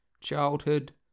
childhood